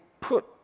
put